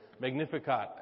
Magnificat